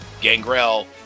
Gangrel